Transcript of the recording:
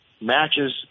matches